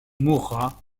mourra